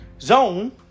Zone